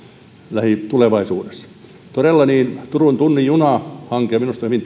lähitulevaisuudessa todella turun tunnin junahanke on minusta hyvin